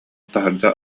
таһырдьа